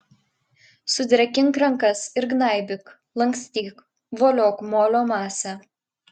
sudrėkink rankas ir gnaibyk lankstyk voliok molio masę